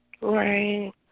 Right